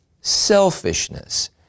selfishness